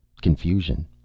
Confusion